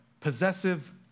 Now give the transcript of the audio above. possessive